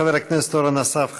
חבר הכנסת אורן אסף חזן,